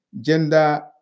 gender